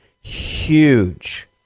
Huge